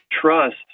trust